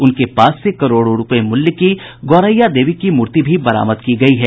उनके पास से करोड़ों रूपये मूल्य की गौरैया देवी की मूर्ति भी बरामद की गयी है